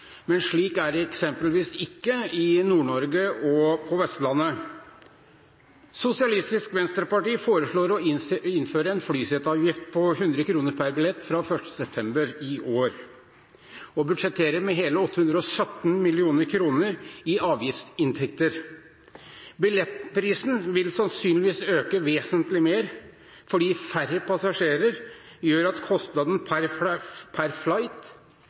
Vestlandet. Sosialistisk Venstreparti foreslår å innføre en flyseteavgift på 100 kr per billett fra 1. september i år og budsjetterer med hele 817 mill. kr i avgiftsinntekter. Billettprisen vil sannsynligvis øke vesentlig fordi færre passasjerer gjør at kostnaden per